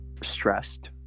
stressed